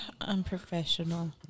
Unprofessional